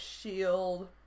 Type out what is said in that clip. shield